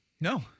No